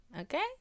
Okay